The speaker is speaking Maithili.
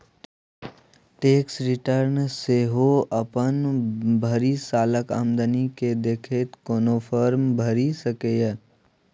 टैक्स रिटर्न सेहो अपन भरि सालक आमदनी केँ देखैत कोनो फर्म भरि सकैए